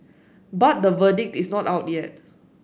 but the verdict is not out yet